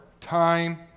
time